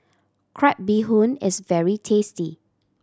crab bee hoon is very tasty